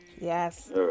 Yes